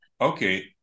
Okay